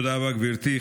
תודה רבה, גברתי.